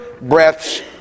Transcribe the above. breaths